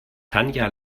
tanja